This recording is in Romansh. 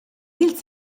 ils